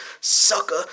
sucker